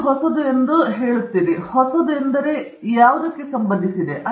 ಇದು ಹೊಸದು ಎಂದು ಹೊಸ ಸಂಬಂಧಿಸಿದಂತೆ ಏನು